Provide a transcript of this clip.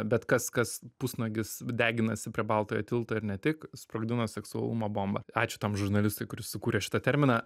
bet kas kas pusnuogis deginasi prie baltojo tilto ir ne tik sprogdino seksualumo bombą ačiū tam žurnalistui kuris sukūrė šitą terminą